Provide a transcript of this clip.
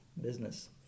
business